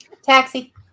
Taxi